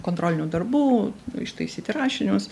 kontrolinių darbų ištaisyti rašinius